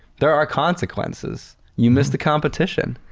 there are consequences. you miss the competition.